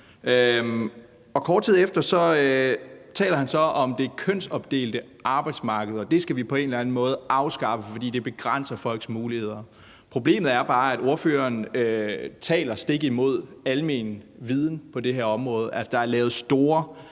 Kort tid efter taler han så om det kønsopdelte arbejdsmarked, og at vi på en eller anden måde skal afskaffe det, fordi det begrænser folks muligheder. Problemet er bare, at ordføreren taler stik imod almenviden på det her område. Altså, der er lavet store